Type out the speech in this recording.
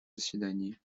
заседании